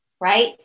right